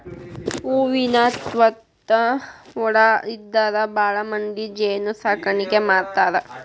ಹೂವಿನ ತ್ವಾಟಾ ಹೊಲಾ ಇದ್ದಾರ ಭಾಳಮಂದಿ ಜೇನ ಸಾಕಾಣಿಕೆ ಮಾಡ್ತಾರ